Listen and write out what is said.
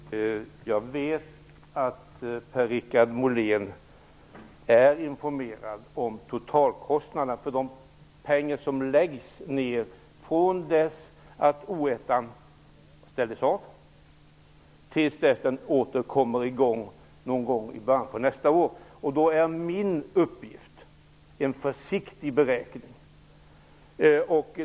Herr talman! Jag vet att Per-Richard Molén är informerad om totalkostnaderna, de pengar som läggs ned från det att O1 ställdes av till dess den åter kommer i gång någon gång i början på nästa år. Den uppgift jag lämnat är en försiktig beräkning.